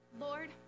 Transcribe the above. Lord